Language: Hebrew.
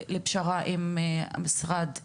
לפשרה עם משרד הרווחה,